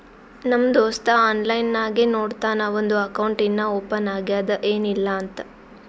ನಮ್ ದೋಸ್ತ ಆನ್ಲೈನ್ ನಾಗೆ ನೋಡ್ತಾನ್ ಅವಂದು ಅಕೌಂಟ್ ಇನ್ನಾ ಓಪನ್ ಆಗ್ಯಾದ್ ಏನಿಲ್ಲಾ ಅಂತ್